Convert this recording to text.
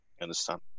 understand